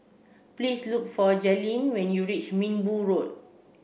please look for Jalyn when you reach Minbu Road